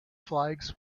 flags